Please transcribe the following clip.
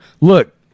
Look